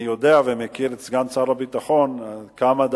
אני יודע ומכיר את סגן שר הביטחון כמה רבה